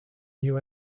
new